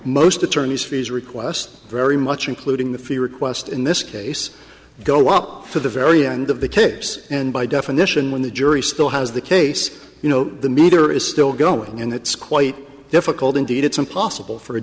most attorneys fees request very much including the fee request in this case go up to the very end of the case and definition when the jury still has the case you know the meter is still going and it's quite difficult indeed it's impossible for a